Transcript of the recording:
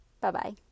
Bye-bye